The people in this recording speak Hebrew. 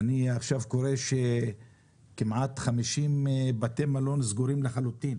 אני קורא עכשיו שכמעט 50 בתי מלון סגורים לחלוטין.